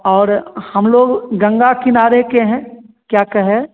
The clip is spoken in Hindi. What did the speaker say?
और हम लोग गंगा किनारे के हैं क्या कहें